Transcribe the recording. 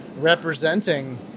representing